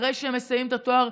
אחרי שהם מסיימים את התואר,